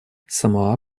самоа